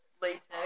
LaTeX